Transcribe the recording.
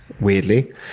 weirdly